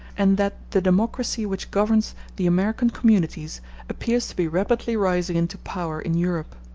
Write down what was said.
and that the democracy which governs the american communities appears to be rapidly rising into power in europe.